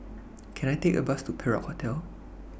Can I Take A Bus to Perak Hotel